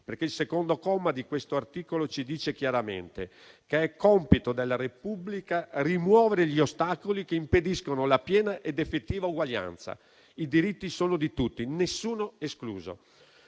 Il secondo comma di questo articolo, infatti, afferma chiaramente che è compito della Repubblica rimuovere gli ostacoli che impediscono la piena ed effettiva uguaglianza. I diritti sono di tutti, nessuno escluso.